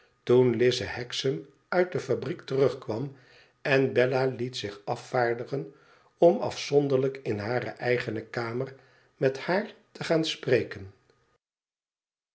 toen lize hexam uit de fabriek terugkwam en bella liet zich afvaardigen om afzonderlijk in hare eigene kamer met haar te gaan spreken